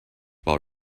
while